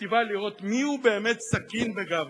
מיטיבה לראות מיהו באמת סכין בגב